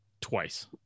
twice